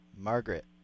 Margaret